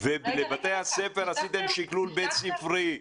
ולבתי הספר עשיתם שקלול בית ספרי.